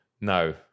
No